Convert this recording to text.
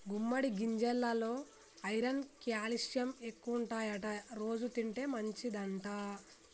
గుమ్మడి గింజెలల్లో iron calcium ఎక్కువుంటాయట రోజు తింటే మంచిదంట